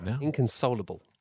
inconsolable